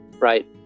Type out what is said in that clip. Right